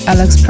Alex